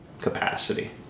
capacity